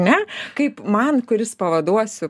ne kaip man kuris pavaduosiu